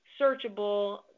searchable